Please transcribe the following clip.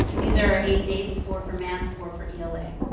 these are eight dates, four for math, four for ela.